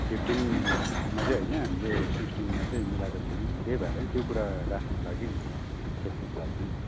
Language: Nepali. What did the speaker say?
फिफ्टिनमा चाहिँ होइन हामीले सिक्सटिनमा चाहिँ मिलाएको थियौँ त्यही भएर नि त्यो कुरा राख्नुको लागि नि सोध्नुको लागि नि